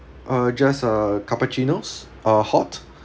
uh just a cappuccinos uh hot